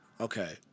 Okay